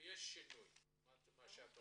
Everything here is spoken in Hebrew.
ויש שינוי, זה מה שאת אומרת?